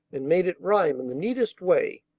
and made it rhyme in the neatest way.